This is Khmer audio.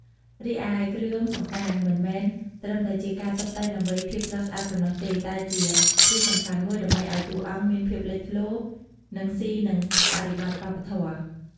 រីឯគ្រឿងសំអាង មិនមែនត្រឹមតែជាការតុបតែងដើម្បីភាពស្រស់ស្អាតប៉ុណ្ណោះទេ តែជាធាតុសំខាន់មួយ ដើម្បីឲ្យតួអង្គមានភាពលេចធ្លោ និងស៊ីនឹងបរិបទវប្បធម៌។